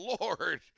Lord